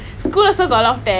she quite short [what]